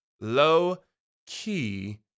low-key